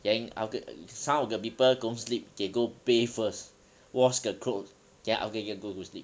then aft~ some of the people don't sleep they go bathe first washed the clothes then after that go to sleep